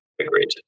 Agreed